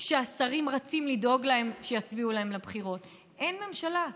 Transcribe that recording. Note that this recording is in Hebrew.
שרה, סליחה.